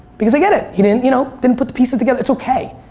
because i get it. he didn't you know didn't put the pieces together. it's okay.